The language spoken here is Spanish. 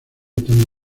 tan